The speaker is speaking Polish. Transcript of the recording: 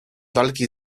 walki